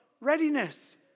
readiness